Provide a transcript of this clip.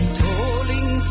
tolling